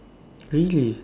really